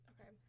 okay